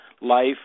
life